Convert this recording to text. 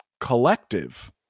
collective